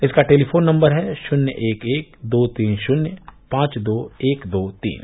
इसका telephone number है शून्य एक एक दो तीन शून्य पांच दो एक दो तीन